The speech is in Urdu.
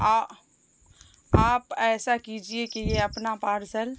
آ آپ ایسا کیجیے کہ یہ اپنا پارسل